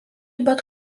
bet